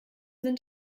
sind